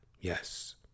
Yes